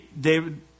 David